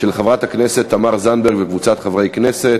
של חברת הכנסת תמר זנדברג וקבוצת חברי הכנסת.